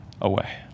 away